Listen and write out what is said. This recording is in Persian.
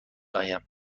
آیم